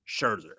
Scherzer